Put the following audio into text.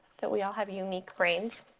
that we all have unique brains,